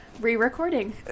re-recording